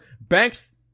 banks